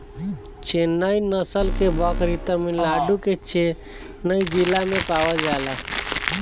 चेन्नई नस्ल के बकरी तमिलनाडु के चेन्नई जिला में पावल जाला